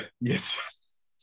yes